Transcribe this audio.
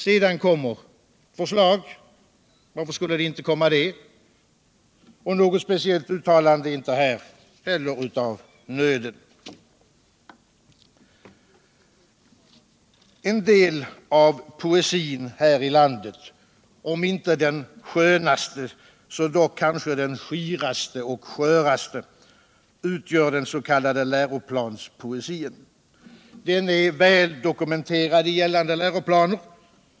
Sedan kommer förslag — varför skulle det inte göra det - och nägot speciellt uttalande är inte heller här av nöden. En del av poesin här i landet. om inte den skönaste så dock kanske den skiraste och sköraste, utgör den s.k. läroplanspoesin. Den är väl dokumenterad i gällande läroplaner.